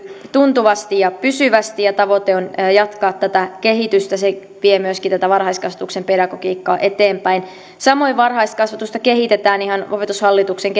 tuntuvasti ja pysyvästi ja tavoite on jatkaa tätä kehitystä se vie myöskin tätä varhaiskasvatuksen pedagogiikkaa eteenpäin samoin varhaiskasvatusta kehitetään ihan opetushallituksen